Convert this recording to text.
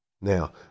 Now